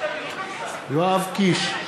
יואב קיש,